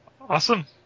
Awesome